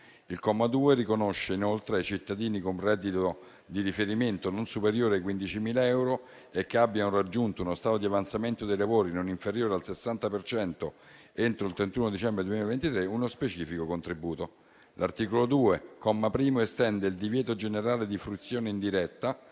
Il comma 2 riconosce inoltre ai cittadini con reddito di riferimento non superiore ai 15.000 euro, che abbiano raggiunto uno stato di avanzamento dei lavori non inferiore al 60 per cento entro il 31 dicembre 2023, uno specifico contributo. L'articolo 2, comma 1, estende il divieto generale di fruizione indiretta